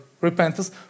repentance